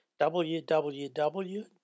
www